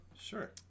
Sure